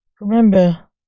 Remember